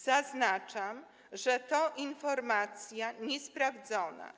Zaznaczam, że to informacja niesprawdzona.